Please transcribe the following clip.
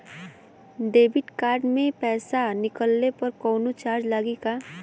Debit card से पैसा निकलले पर कौनो चार्ज लागि का?